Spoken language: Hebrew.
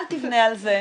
אל תבנה על זה.